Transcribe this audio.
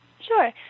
Sure